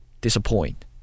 disappoint